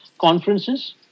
conferences